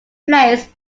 plays